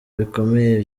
bikomeye